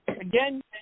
again